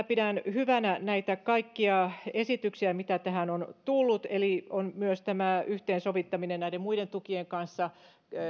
pidän hyvänä kaikkia näitä esityksiä mitä tähän on tullut eli on myös yhteensovittaminen näiden muiden tukien kanssa